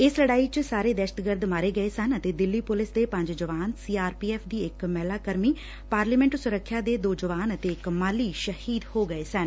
ਇਸ ਲੜਾਈ ਚ ਸਾਰੇ ਦਹਿਸ਼ਤਗਰਦ ਮਾਰੇ ਗਏ ਸਨ ਅਤੇ ਦਿੱਲੀ ਪੁਲਿਸ ਦੇ ਪੰਜ ਜਵਾਨ ਸੀ ਆਰ ਪੀ ਐਫ਼ ਦੀ ਇਕ ਮਹਿਲਾ ਕਰਮੀ ਸੁਰੱਖਿਆ ਦੇ ਦੋ ਜਵਾਨ ਅਤੇ ਇਕ ਮਾਲੀ ਸ਼ਹੀਦ ਹੋ ਗਏ ਸਨ